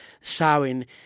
saben